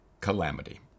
calamity